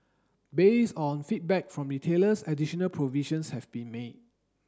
based on feedback from retailers additional provisions have been made